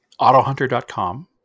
autohunter.com